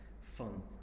fun